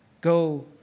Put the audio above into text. go